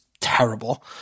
terrible